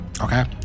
Okay